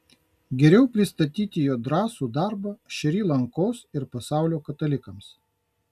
geriau pristatyti jo drąsų darbą šri lankos ir pasaulio katalikams